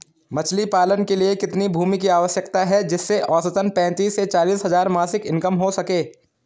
मछली पालन के लिए कितनी भूमि की आवश्यकता है जिससे औसतन पैंतीस से चालीस हज़ार मासिक इनकम हो सके?